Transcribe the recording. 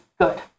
good